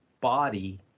body